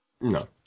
no